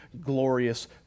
glorious